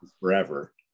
forever